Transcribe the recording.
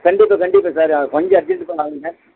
கண்டிப்பாக கண்டிப்பாக சார் அது கொஞ்சம் அர்ஜெண்ட்டு பண்ணாதீங்க